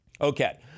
Okay